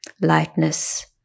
lightness